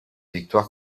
victoire